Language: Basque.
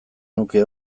nuke